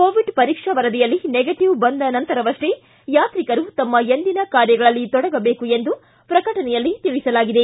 Covid ಪರೀಕ್ಷಾ ವರದಿಯಲ್ಲಿ negative ಬಂದ ನಂತರವಷ್ಷೇ ಯಾತ್ರಿಕರು ತಮ್ಮ ಎಂದಿನ ಕಾರ್ಯಗಳಲ್ಲಿ ತೊಡಗಬೇಕು ಎಂದು ಪ್ರಕಟಣೆಯಲ್ಲಿ ತಿಳಿಸಲಾಗಿದೆ